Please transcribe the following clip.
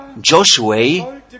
Joshua